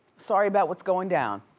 sorry about what's going down.